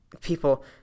people